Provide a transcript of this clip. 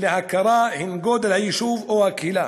להכרה הן גודל היישוב או הקהילה,